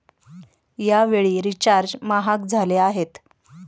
यावेळी रिचार्ज महाग झाले आहेत